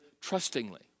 trustingly